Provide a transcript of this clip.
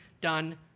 done